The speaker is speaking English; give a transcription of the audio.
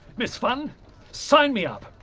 miss funn sign me up!